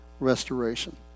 Restoration